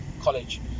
college